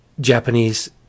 japanese